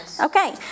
Okay